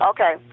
Okay